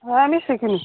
ଆମେ ଶିଖିନୁ